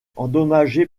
endommagée